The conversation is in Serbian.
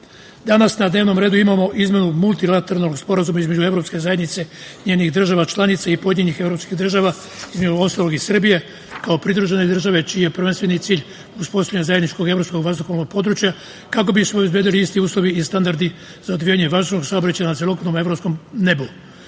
EU.Danas na dnevnom redu imamo izmenu multilateralnog Sporazuma između EU, njenih država članica i pojedinih evropskih država, između ostalog i Srbije, kao pridružene države, čiji je prvenstveni cilj uspostavljanje zajedničkog evropskog područja kako bi se obezbedili isti uslovi i standardi za odvijanje na celokupnom evropskom